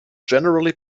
generally